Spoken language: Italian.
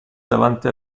davanti